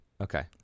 Okay